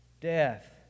Death